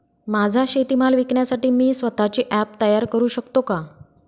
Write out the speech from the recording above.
माझा शेतीमाल विकण्यासाठी मी स्वत:चे ॲप तयार करु शकतो का?